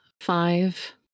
five